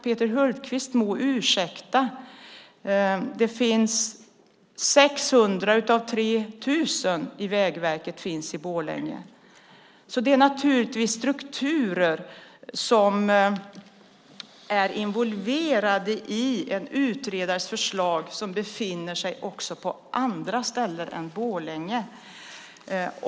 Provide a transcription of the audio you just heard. Peter Hultqvist må ursäkta, men 600 av totalt 3 000 anställda vid Vägverket finns i Borlänge. De strukturer som är involverade i en utredares förslag finns naturligtvis också på andra ställen än Borlänge.